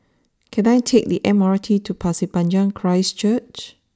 can I take the M R T to Pasir Panjang Christ Church